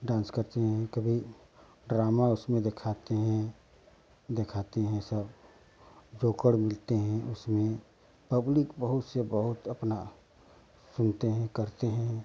dance करती हैं कभी ड्रामा उसमें दिखाते हैं दिखाते हैं सब जोकर मिलते हैं उसमें पब्लिक बहुत से बहुत अपना सुनते हैं करते हैं